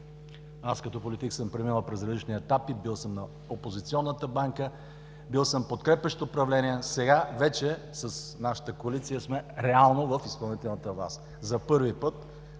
аз като политик съм преминал през различни етапи. Бил съм на опозиционната банка, бил съм подкрепящ управление, сега вече с нашата коалиция сме реално в изпълнителната власт. За първи път